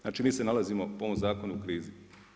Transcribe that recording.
Znači mi se nalazimo po ovom zakonu u krizi.